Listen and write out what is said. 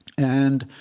and